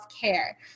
care